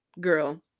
girl